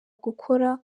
gukora